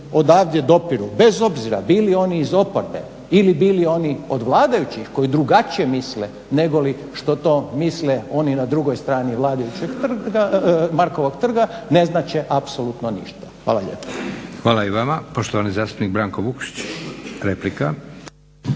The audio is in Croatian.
odavdje dopiru bez obzira bili oni iz oporbe ili bili oni od vladajućih koji drugačije misle negoli što to misle oni na drugoj strani Markovog trga ne znače apsolutno ništa. Hvala lijepo. **Leko, Josip (SDP)** Hvala i vama. Poštovani zastupnik Branko Vukšić, replika.